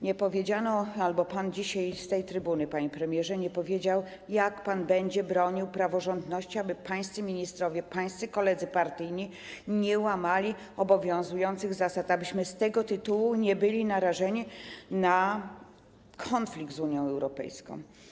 Nie powiedziano albo pan dzisiaj z tej trybuny, panie premierze, nie powiedział, jak pan będzie bronił praworządności, aby pańscy ministrowie, pańscy koledzy partyjni nie łamali obowiązujących zasad, abyśmy z tego tytułu nie byli narażeni na konflikt z Unią Europejską.